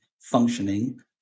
functioning